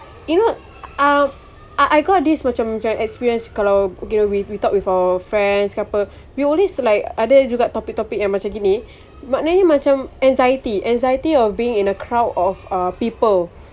you know uh I I got this macam macam experience kalau we we talk with our friends ke apa we always like ada juga topic topic yang macam ini maknanya macam anxiety anxiety of being in a crowd of uh people